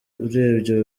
urebye